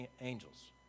angels